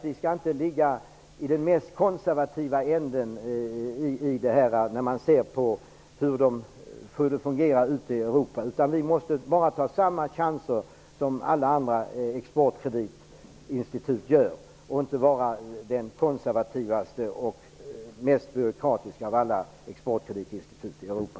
Vi skall inte ligga i den mest konservativa änden, när man ser hur det fungerar ute i Europa. Vi måste ta samma chanser som alla andra exportkreditinstitut tar och inte vara det konservativaste och mest byråkratiska av alla exportkreditinstitut i Europa.